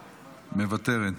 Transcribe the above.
מוותרת,